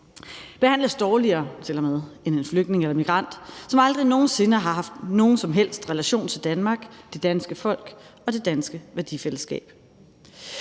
behandles dårligere end en flygtning eller en migrant, som aldrig nogen sinde har haft nogen som helst relation til Danmark, det danske folk og det danske værdifællesskab.